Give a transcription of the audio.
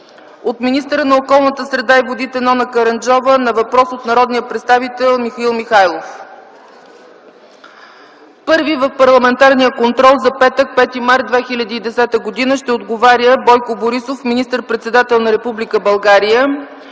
от министъра на околната среда и водите Нона Караджова на въпрос от народния представител Михаил Михайлов. Първи в парламентарния контрол за петък, 5 март 2010 г., ще отговаря Бойко Борисов – министър-председател на Република България,